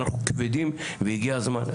אנחנו כבדים והגיע הזמן.